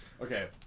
Okay